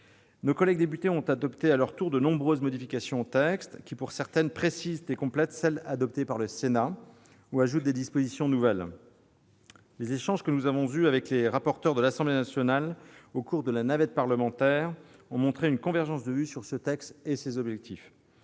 Nos collègues députés ont adopté à leur tour de nombreuses modifications, dont certaines précisent et complètent celles qui ont été adoptées par le Sénat, et ajouté des dispositions nouvelles. Les échanges que nous avons eus avec les rapporteurs de l'Assemblée nationale au cours de la navette parlementaire ont montré une convergence de vues sur ce texte et ses objectifs,